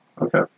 Okay